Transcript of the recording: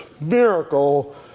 miracle